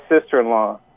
sister-in-law